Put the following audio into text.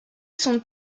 son